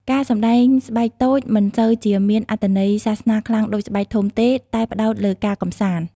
ការសម្ដែងស្បែកតូចមិនសូវជាមានអត្ថន័យសាសនាខ្លាំងដូចស្បែកធំទេ តែផ្តោតលើការកម្សាន្ត។